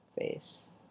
face